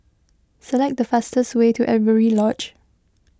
select the fastest way to Avery Lodge